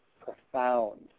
profound